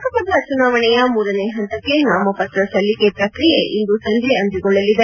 ಲೋಕಸಭಾ ಚುನಾವಣೆಯ ಮೂರನೇ ಹಂತಕ್ಕೆ ನಾಮಪತ್ರ ಸಲ್ಲಿಕೆ ಪ್ರಕ್ರಿಯೆ ಇಂದು ಸಂಜೆ ಅಂತ್ಯಗೊಳ್ಳಲಿದೆ